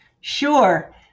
Sure